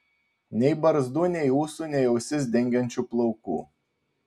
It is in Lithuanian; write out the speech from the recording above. nei barzdų nei ūsų nei ausis dengiančių plaukų